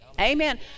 Amen